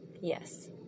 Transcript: Yes